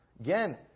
Again